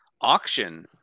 auction